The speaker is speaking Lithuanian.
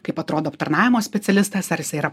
kaip atrodo aptarnavimo specialistas ar jisai yra